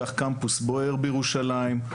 כך קמפוס בויאר בירושלים,